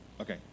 Okay